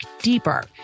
deeper